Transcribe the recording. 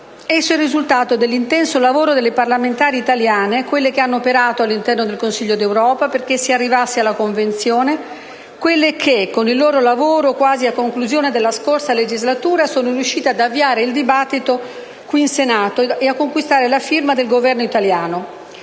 Esso è il risultato dell'intenso lavoro delle parlamentari italiane: quelle che hanno operato all'interno del Consiglio d'Europa perché si arrivasse alla Convenzione, quelle che, con il loro lavoro, quasi a conclusione della scorsa legislatura, sono riuscite ad avviare il dibattito qui in Senato ed a conquistare la firma del Governo italiano;